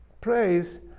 praise